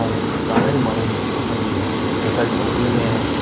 ऐं ॾाढा ई माण्हू असांजी सरकारी नौकरीअ में आहिनि